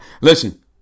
listen